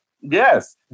Yes